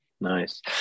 nice